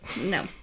No